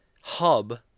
hub